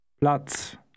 Platz